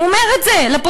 הוא אומר את זה לפרוטוקול.